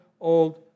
Old